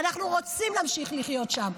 ואנחנו רוצים להמשיך לחיות שם.